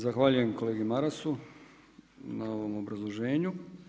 Zahvaljujem kolegi Marasu na ovom obrazloženju.